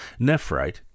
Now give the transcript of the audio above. nephrite